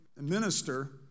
minister